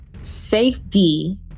safety